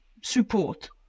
support